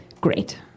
Great